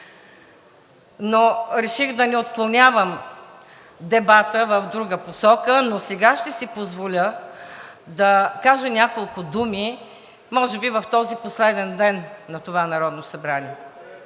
но реших да не отклонявам дебата в друга посока. Но сега ще си позволя да кажа няколко думи може би в този последен ден на това Народно събрание.